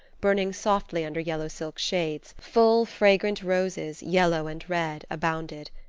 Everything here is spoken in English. burning softly under yellow silk shades full, fragrant roses, yellow and red, abounded.